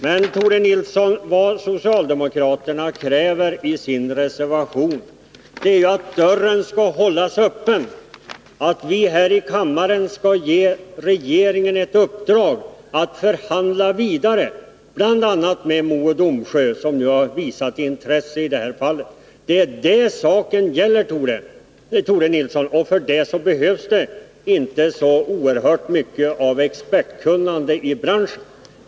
Men, Tore Nilsson, vad socialdemokraterna kräver i sin reservation är ju att dörren skall hållas öppen, att vi här i kammaren skall ge regeringen i uppdrag att förhandla vidare, bl.a. med Mo och Domsjö, som har visat intresse. Det är det som det gäller, Tore Nilsson, och för det behövs inte så oerhört mycket av expertkunnande i branschen.